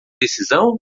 decisão